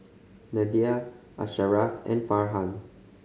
Nadia Asharaff and Farhan